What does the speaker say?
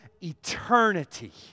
eternity